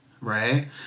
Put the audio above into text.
right